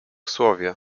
słowie